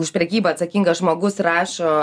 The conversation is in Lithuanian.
už prekybą atsakingas žmogus rašo